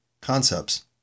concepts